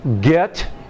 Get